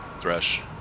Thresh